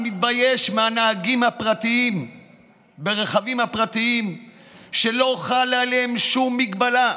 אני מתבייש מהנהגים הפרטיים ברכבים הפרטיים שלא חלה עליהם שום הגבלה,